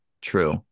true